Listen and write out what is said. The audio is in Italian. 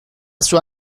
sua